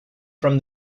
from